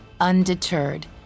undeterred